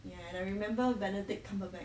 ya and I remember benedict cumberbatch